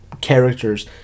characters